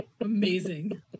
Amazing